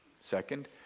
Second